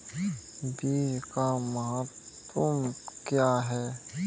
बीज का महत्व क्या है?